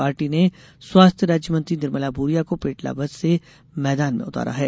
party ने स्वास्थ्य राज्य मंत्री निर्मला भूरिया को पेटलाबाद से मैदान में उतारा है